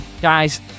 Guys